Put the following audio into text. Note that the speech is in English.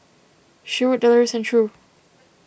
Sherwood Deloris and True